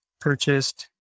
purchased